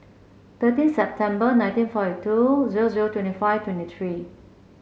thirteen September nineteen forty two zero zero twenty five twenty three